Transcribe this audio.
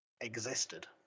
existed